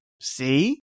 See